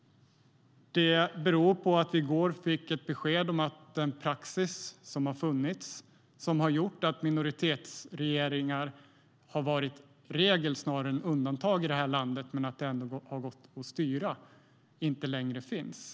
Det beror på att vi i går fick besked om att den praxis som funnits och som gjort att minoritetsregeringar varit regel snarare än undantag i det här landet, och landet ändå gått att styra, inte längre finns.